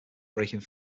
breaking